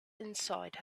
inside